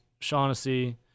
Shaughnessy